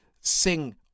sing